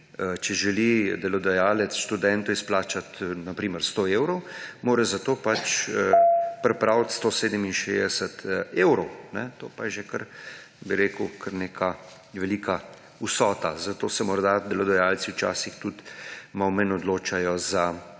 Če želi delodajalec študentu izplačati na primer 100 evrov, mora za to pripraviti 167 evrov, to pa je že kar neka velika vsota. Zato se morda delodajalci včasih malo manj odločajo za